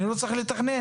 אנחנו לא צריכים לתכנן,